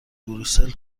بروسل